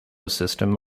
system